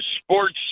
sports